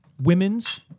women's